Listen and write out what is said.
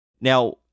Now